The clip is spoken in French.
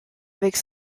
avec